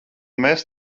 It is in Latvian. mēs